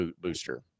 booster